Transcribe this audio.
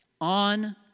on